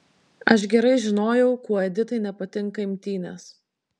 aš gerai žinojau kuo editai nepatinka imtynės